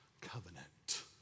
covenant